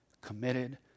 committed